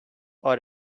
our